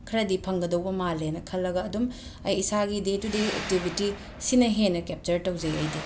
ꯈꯔꯗꯤ ꯐꯪꯒꯗꯧꯕ ꯃꯥꯜꯂꯦꯅ ꯈꯜꯂꯒ ꯑꯗꯨꯝ ꯑꯩ ꯏꯁꯥꯒꯤ ꯗꯦ ꯇꯨ ꯗꯦ ꯑꯦꯛꯇꯤꯕꯤꯇꯤ ꯁꯤꯅ ꯍꯦꯟꯅ ꯀꯦꯞꯆꯔ ꯇꯧꯖꯩ ꯑꯩꯗꯤ